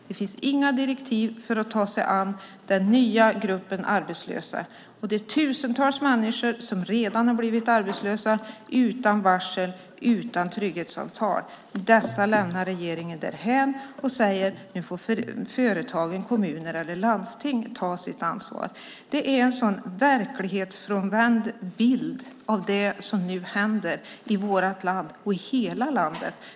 Det finns inga direktiv för att ta sig an den nya gruppen arbetslösa. Det finns tusentals människor som redan blivit arbetslösa utan varsel, utan trygghetsavtal. Dessa lämnar regeringen därhän och säger att nu får företag, kommuner eller landsting ta sitt ansvar. Det är en helt verklighetsfrånvänd bild av det som nu händer i vårt land, i hela landet.